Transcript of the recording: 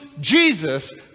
Jesus